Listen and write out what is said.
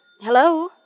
Hello